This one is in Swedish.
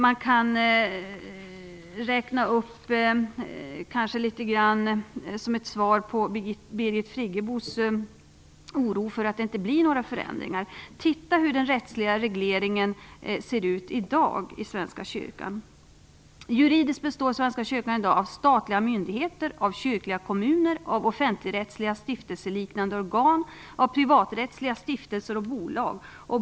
Som en kommentar till Birgit Friggebos oro för att det inte blir några förändringar vill jag säga: Titta hur den rättsliga regleringen i Svenska kyrkan ser ut i dag! Juridiskt består Svenska kyrkan i dag av statliga myndigheter, kyrkliga kommuner, offentligrättsliga stiftelseliknande organ, privaträttsliga stiftelser och bolag.